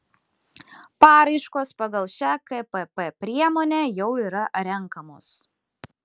paraiškos pagal šią kpp priemonę jau yra renkamos